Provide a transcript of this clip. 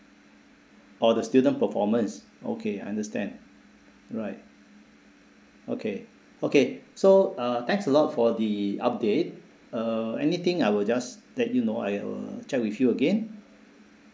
oh the student performance okay understand right okay okay so uh thanks a lot for the update uh anything I will just let you know I will check with you again